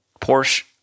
Porsche